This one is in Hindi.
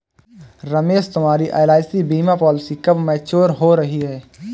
रमेश तुम्हारी एल.आई.सी बीमा पॉलिसी कब मैच्योर हो रही है?